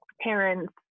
parents